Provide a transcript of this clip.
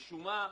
רשום,